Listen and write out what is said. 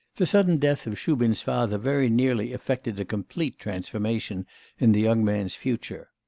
the sudden death of shubin's father very nearly effected a complete transformation in the young man's future.